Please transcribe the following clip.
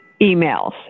emails